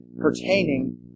pertaining